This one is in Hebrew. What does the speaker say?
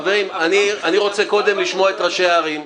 אני רוצה קודם לשמוע את ראשי הערים.